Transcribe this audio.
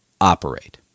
operate